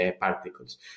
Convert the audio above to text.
particles